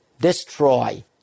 destroy